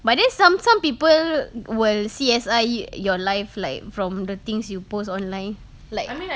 but then som~ some people will C_S_I your life like